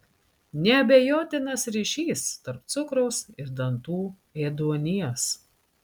neabejotinas ryšys tarp cukraus ir dantų ėduonies